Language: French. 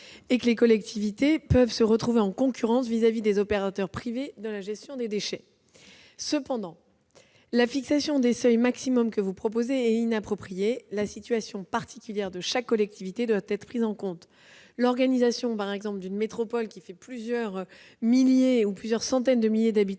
et que les collectivités peuvent se retrouver en concurrence avec les opérateurs privés pour la gestion de ces déchets. Cependant, la fixation de seuils maximums que vous proposez est inappropriée : la situation particulière de chaque collectivité doit être prise en compte. Par exemple, l'organisation d'une métropole de plusieurs centaines de milliers d'habitants